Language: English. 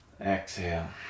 Exhale